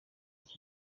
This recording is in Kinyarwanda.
iki